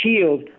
shield